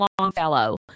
Longfellow